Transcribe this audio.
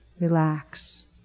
Relax